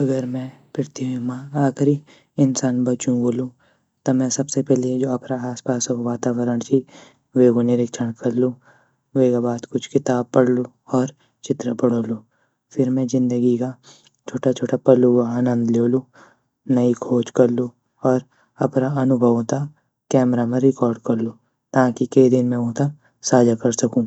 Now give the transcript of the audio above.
अगर में पृथ्वी म आख़िरी इंसान बचयूँ वोलू त में सबसे पैली जू अपरा आस पासो वातावरण ची वेगु निरीक्षण कलू वेगा बाद कुछ किताब पढ़लू और चित्र बणोलू फिर में ज़िंदगी ग छोटा छोटा पलूँ ग आनंद ल्योन्लू नई खोज कलू और अपरा अनुभवू त कैमरा म केद कलू ताकि के दिन में ऊँता साझा कर सकु।